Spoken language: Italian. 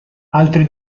altri